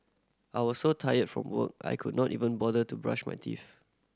I was so tired from work I could not even bother to brush my teeth